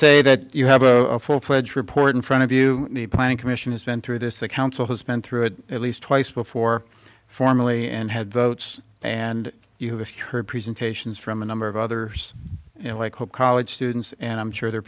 say that you have a full fledged report in front of you the planning commission has been through this the council has been through it at least twice before formally and had votes and you have heard presentations from a number of other you know like whole college students and i'm sure there are